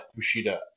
Kushida